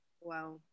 Wow